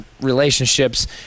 relationships